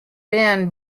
ben